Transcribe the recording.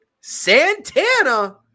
Santana